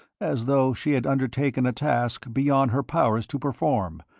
as though she had undertaken a task beyond her powers to perform,